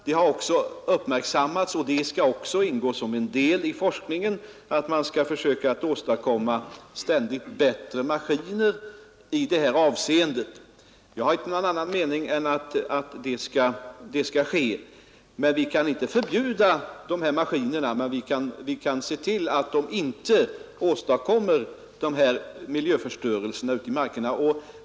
Det har uppmärksammats, och det skall också ingå som en del i forskningen, att man skall försöka åstadkomma bättre maskiner i det här avseendet. Jag har inte någon annan mening än att detta skall ske. Vi kan inte förbjuda användningen av sådana här maskiner, men vi kan se till att de inte ästadkommer denna miljöförstöring ute i markerna.